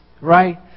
right